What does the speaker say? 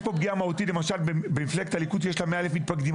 יש פה פגיעה מהותית אם עכשיו במפלגת הליכוד שיש לה 100,000 מתפקדים,